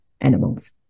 animals